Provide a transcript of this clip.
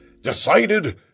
decided